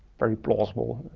very plausible,